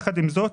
עם זאת,